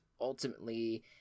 ultimately